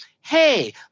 hey